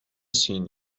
scene